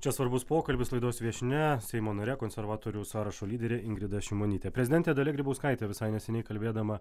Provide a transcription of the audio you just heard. čia svarbus pokalbis laidos viešnia seimo nare konservatorių sąrašo lyderė ingrida šimonytė prezidentė dalia grybauskaitė visai neseniai kalbėdama